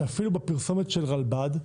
שאפילו בפרסומת של רלב"ד,